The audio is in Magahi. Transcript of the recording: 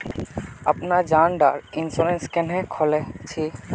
अपना जान डार इंश्योरेंस क्नेहे खोल छी?